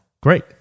great